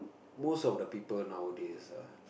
most of the people nowadays ah